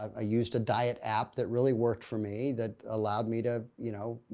um used a diet app that really worked for me that allowed me to, you know,